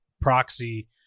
proxy